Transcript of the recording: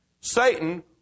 Satan